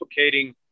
replicating